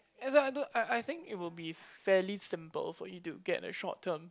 as in I don't I I think it will be fairly simple for you to get a short term